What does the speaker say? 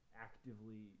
actively